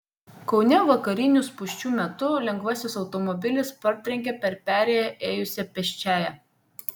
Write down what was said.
kaune vakarinių spūsčių metu lengvasis automobilis partrenkė per perėją ėjusią pėsčiąją